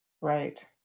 Right